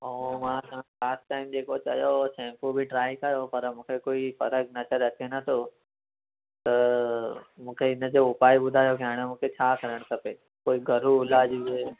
अउं last time जेको चयो हुओ शेंपू भी ट्राय कयो पर मूंखे कोई फर्क़ु नज़र अचे नथो त मूंखे हिनजो उपाय ॿुधायो की हाणे मूंखे छा करणु खपे कोई घरू इलाज हुजे